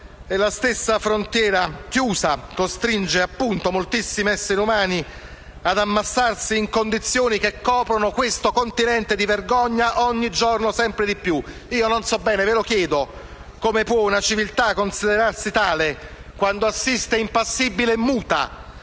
La stessa frontiera chiusa costringe moltissimi esseri umani ad ammassarsi in condizioni che coprono questo continente di vergogna ogni giorno di più. Non lo so e, quindi, vi chiedo: come può una civiltà considerarsi tale quando assiste impassibile e muta